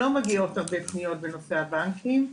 לא מגיעות הרבה פניות בנושא הבנקים.